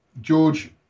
George